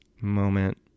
moment